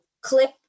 clip